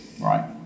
Right